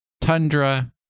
Tundra